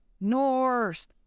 norse